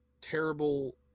terrible